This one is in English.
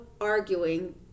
arguing